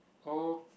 oh